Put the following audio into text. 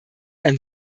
ein